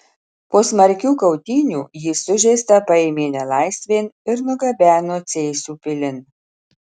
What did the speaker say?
po smarkių kautynių jį sužeistą paėmė nelaisvėn ir nugabeno cėsių pilin